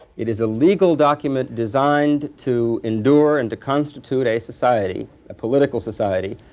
it is a legal document designed to endure and to constitute a society, a political society,